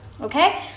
okay